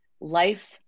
Life